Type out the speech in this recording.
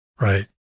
Right